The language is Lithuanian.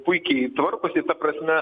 puikiai tvarkosi ta prasme